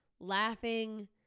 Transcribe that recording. laughing